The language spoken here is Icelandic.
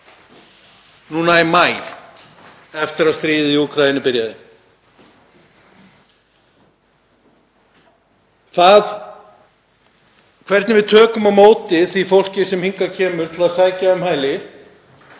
núna í maí eftir að stríðið í Úkraínu byrjaði. Það hvernig við tökum á móti því fólki sem hingað kemur til að sækja um hæli